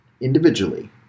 individually